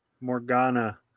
Morgana